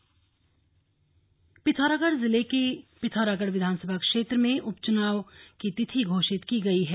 पिथौरागढ़ उपचुनाव पिथौरागढ़ जिले की पिथौरागढ़ विधानसभा क्षेत्र में उपचुनाव की तिथि घोषित हो गई है